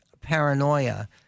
paranoia